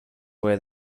where